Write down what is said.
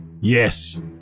Yes